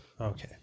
Okay